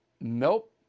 Nope